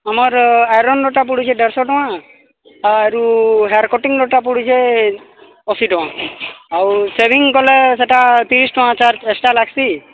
ଆମର ଆଇରନ୍ଟା ପଡ଼ୁଛି ଦେଢ଼ଶହ ଟଙ୍କା ଆରୁ ହେୟାର କଟିଙ୍ଗ୍ଟା ପଡ଼ୁଛି ଅଶୀ ଟଙ୍କା ଆଉ ସେଭିଙ୍ଗ୍ କଲେ ସେଟା ତିରିଶ ଟଙ୍କା ଚାର୍ଜ ଏକ୍ସଟ୍ରା ଲାଗ୍ସି